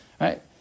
right